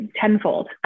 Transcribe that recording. tenfold